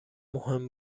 مهم